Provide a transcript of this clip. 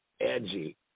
edgy